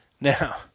Now